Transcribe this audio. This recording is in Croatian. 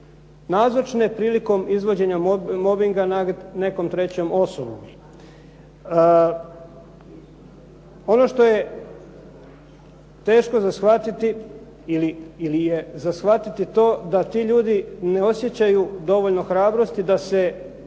nazočne prilikom izvođenja mobinga nad nekom trećom osobom. Ono što je teško za shvatiti ili je za shvatiti to da ti ljudi ne osjećaju dovoljno hrabrosti da se